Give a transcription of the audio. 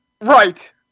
Right